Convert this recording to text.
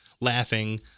laughing